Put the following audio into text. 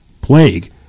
plague